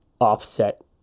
offset